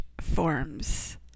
forms